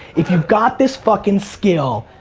if you've got this fucking skill,